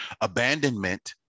Abandonment